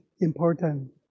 important